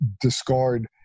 discard